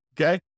Okay